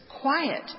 quiet